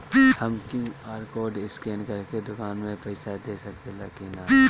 हम QR code scan करके दुकान में पईसा दे सकेला की नाहीं?